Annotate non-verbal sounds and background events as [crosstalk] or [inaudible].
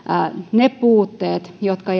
ne puutteet jotka [unintelligible]